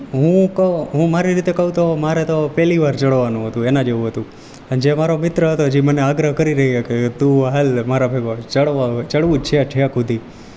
હું કહું હું મારી રીતે કહું તો મારે તો પહેલી વાર ચડવાનું હતું એના જેવું હતું જે મારો મિત્ર હતો જે મને આગ્રહ કરી રહ્યો કે તું હાલ મારા ભેગો ચડ ચડવું જ છે ઠેક સુધી